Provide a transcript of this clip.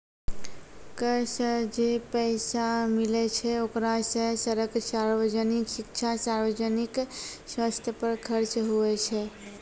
कर सं जे पैसा मिलै छै ओकरा सं सड़क, सार्वजनिक शिक्षा, सार्वजनिक सवस्थ पर खर्च हुवै छै